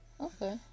Okay